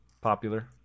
popular